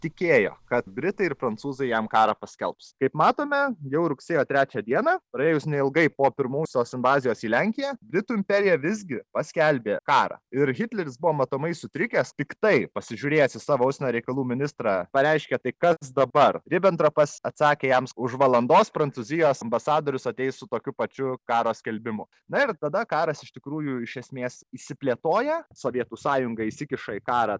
tikėjo kad britai ir prancūzai jam karą paskelbs kaip matome jau rugsėjo trečią dieną praėjus neilgai po pirmosios invazijos į lenkiją britų imperija visgi paskelbė karą ir hitleris buvo matomai sutrikęs piktai pasižiūrėjęs į savo užsienio reikalų ministrą pareiškė tai kas dabar ribentropas atsakė jams už valandos prancūzijos ambasadorius ateis su tokiu pačiu karo skelbimu na ir tada karas iš tikrųjų iš esmės išsiplėtoja sovietų sąjunga įsikiša į karą